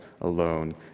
alone